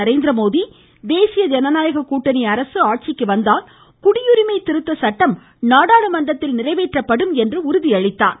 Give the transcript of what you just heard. நரேந்திரமோடி தேசிய ஜனநாயக கூட்டணி அரசு ஆட்சிக்கு வந்தால் குடியுரிமை திருத்த சட்டம் நாடாளுமன்றத்தில் நிறைவேற்றப்படும் என்று உறுதியளித்தார்